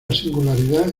singularidad